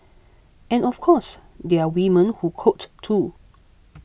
and of course there are women who code too